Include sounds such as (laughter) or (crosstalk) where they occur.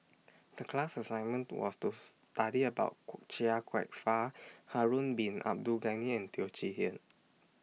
The class assignment was to study about (noise) Chia Kwek Fah Harun Bin Abdul Ghani and Teo Chee Hean